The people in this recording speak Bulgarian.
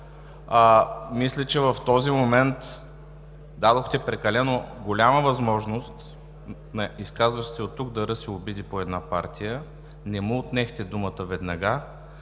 Мисля, че в този момент дадохте прекалено голяма възможност на изказващ се оттук да ръси обиди по една партия, не му отнехте думата веднага.